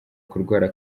kurwara